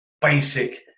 basic